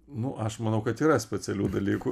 nu aš manau kad yra specialių dalykų